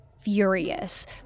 furious